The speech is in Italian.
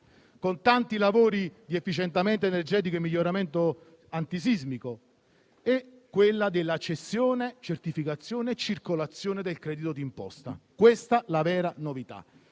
con tanti lavori di efficientamento energetico e miglioramento antisismico, e quella della cessione, della certificazione e della circolazione del credito di imposta: questa è la vera novità.